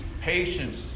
patience